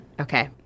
Okay